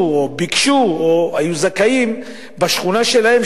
או ביקשו או היו זכאים בשכונה שלהם,